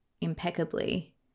impeccably